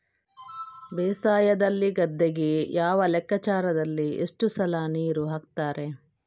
ಬೇಸಾಯದಲ್ಲಿ ಗದ್ದೆಗೆ ಯಾವ ಲೆಕ್ಕಾಚಾರದಲ್ಲಿ ಎಷ್ಟು ಸಲ ನೀರು ಹಾಕ್ತರೆ?